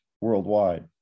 worldwide